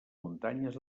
muntanyes